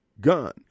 gun